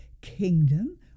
kingdom